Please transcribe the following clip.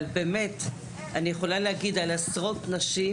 אבל באמת אני יכולה להגיד על עשרות נשים